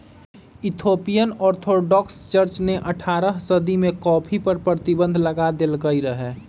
Ethiopian Orthodox church ने अठारह सदी में कॉफ़ी पर प्रतिबन्ध लगा देलकइ रहै